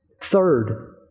Third